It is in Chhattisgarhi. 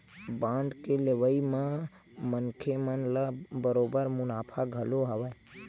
बांड के लेवई म मनखे मन ल बरोबर मुनाफा घलो हवय